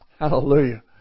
Hallelujah